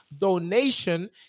donation